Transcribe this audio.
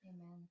Amen